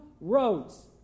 roads